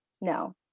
No